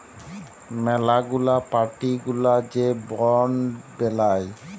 ম্যালা গুলা পার্টি গুলা যে বন্ড বেলায়